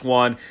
one